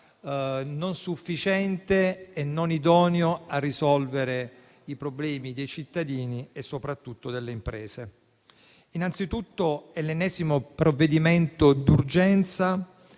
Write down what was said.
non sufficiente e non idoneo a risolvere i problemi dei cittadini e soprattutto delle imprese. Questo è l’ennesimo provvedimento d’urgenza